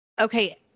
okay